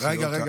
רגע,